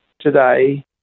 today